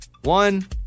one